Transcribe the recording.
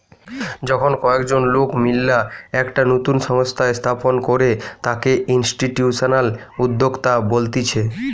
যখন কয়েকজন লোক মিললা একটা নতুন সংস্থা স্থাপন করে তাকে ইনস্টিটিউশনাল উদ্যোক্তা বলতিছে